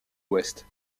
ouest